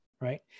right